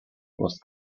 was